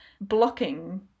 blocking